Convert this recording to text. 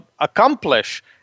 accomplish